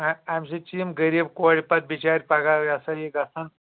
ا امہِ سۭتۍ چِھ یِم غریب کوٗرِ پِتہ بِچارِ پگاہ یہِ ہسا یہِ گژھان